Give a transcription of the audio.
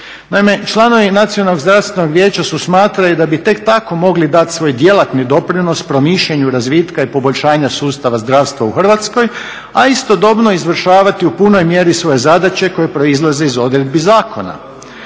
vijeća su smatrali da bi tek tako mogli dati svoj djelatni doprinos promišljanju razvitka i poboljšanja sustava zdravstva u Hrvatskoj a istodobno izvršavati u punoj mjeri svoje zadaće koje proizlaze iz odredbi zakona.